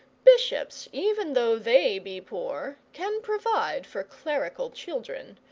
bishops, even though they be poor, can provide for clerical children,